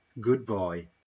Goodbye